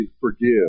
forgive